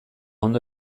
ondo